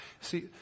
See